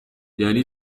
یعنی